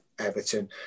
Everton